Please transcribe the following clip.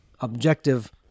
objective